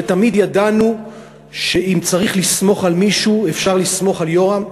ותמיד ידענו שאם צריך לסמוך על מישהו אפשר לסמוך על יורם,